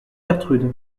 gertrude